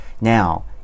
now